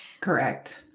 Correct